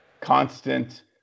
constant